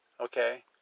okay